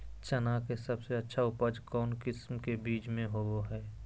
चना के सबसे अच्छा उपज कौन किस्म के बीच में होबो हय?